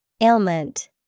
Ailment